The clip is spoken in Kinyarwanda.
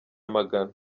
amagana